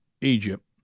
Egypt